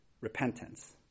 repentance